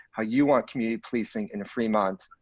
how you want community policing in a fremont,